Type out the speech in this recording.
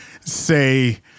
say